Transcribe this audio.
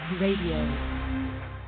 radio